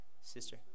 sister